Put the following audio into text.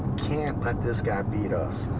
can't let this guy beat us.